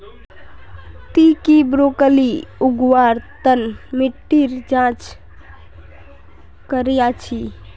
ती की ब्रोकली उगव्वार तन मिट्टीर जांच करया छि?